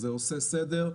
זה עושה סדר,